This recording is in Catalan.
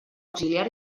auxiliar